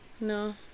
no